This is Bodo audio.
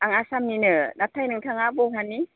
आं आसामनिनो नाथाय नोथाङा बहानि